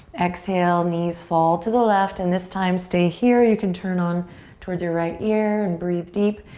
exhale, knees fall to the left and this time stay here. you can turn on towards your right ear and breathe deep.